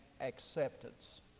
acceptance